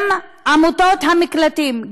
גם עמותות המקלטים,